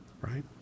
right